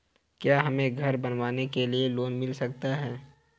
क्या हमें घर बनवाने के लिए लोन मिल सकता है?